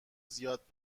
زیاد